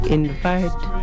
invite